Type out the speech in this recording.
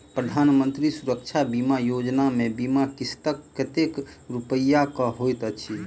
प्रधानमंत्री सुरक्षा बीमा योजना मे बीमा किस्त कतेक रूपया केँ होइत अछि?